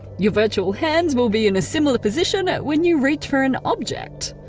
your virtual hands will be in a similar position when you reach for an object.